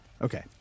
Okay